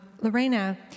Lorena